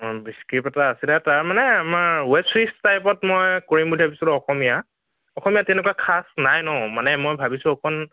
script এটা আছিলে তাৰ মানে আমাৰ ৱেব চিৰিজ টাইপত মই কৰিম বুলি ভাৱিছিলোঁ অসমীয়া অসমীয়াত তেনেকুৱা খাছ নাই ন মানে মই ভাৱিছোঁ অকণ